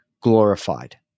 glorified